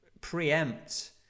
preempt